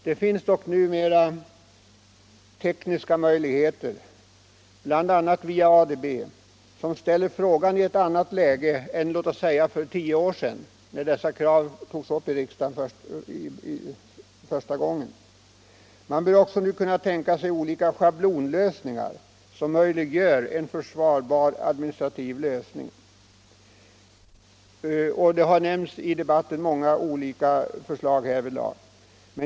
Det finns dock numera tekniska möjligheter bl.a. via ADB som ställer frågan i ett annat läge än för låt oss säga tio år sedan, då dessa krav första gången togs upp i riksdagen. Man bör också kunna tänka sig olika schablonlösningar som möjliggör en försvarbar administrativ uppläggning. Det har i debatten nämnts flera olika förslag som verkar tekniskt möjliga.